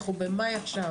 אנחנו במאי עכשיו